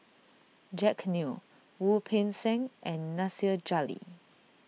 Jack Neo Wu Peng Seng and Nasir Jalil